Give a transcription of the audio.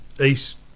east